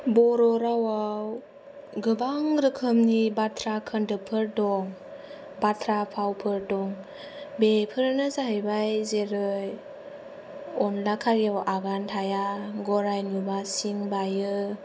बर' रावाव गोबां रोखोमनि बाथ्रा खोन्दोफोर दं बाथ्रा फावफोर दं बेफोरनो जाहैबाय जेरै अन्दला खारैयाव आगान थाया गराय नुबा सिं बायो